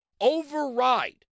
override